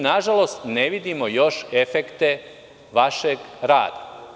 Nažalost mi ne vidimo još efekte vašeg rada.